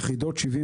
יחידות 70,